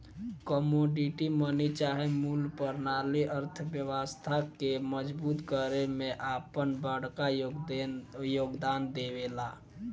commodity money चाहे मूल परनाली अर्थव्यवस्था के मजबूत करे में आपन बड़का योगदान देवेला